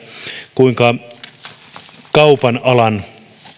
kuinka kaupan alan